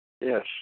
Yes